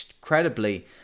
incredibly